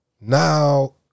Now